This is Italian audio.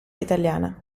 italiana